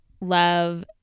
love